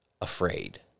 afraid